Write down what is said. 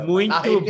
Muito